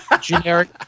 generic